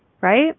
right